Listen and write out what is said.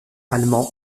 allemand